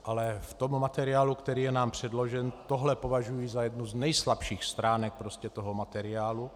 Ale v materiálu, který je nám předložen, tohle považuji za jednu z nejslabších stránek toho materiálu.